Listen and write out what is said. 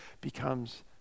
becomes